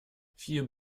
viel